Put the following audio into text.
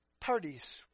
parties